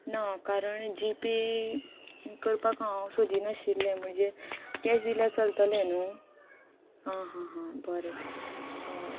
ना कारण G pay करपाक हांव सोदी नाशिल्लें म्हणजे कॅश दिल्यार चलतले न्हू आं हां हां बरें हय